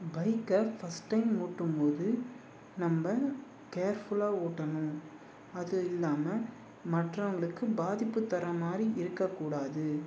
பைக்கை first time ஓட்டும்போது நம்ப கேர்ஃபுல்லாக ஓட்டணும் அதுவும் இல்லாமல் மற்றவங்களுக்கு பாதிப்பு தர மாதிரி இருக்கக்கூடாது